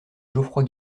geoffroy